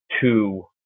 two